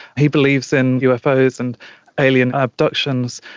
he believes in ufos and alien abductions.